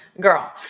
Girl